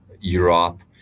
Europe